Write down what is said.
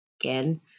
Again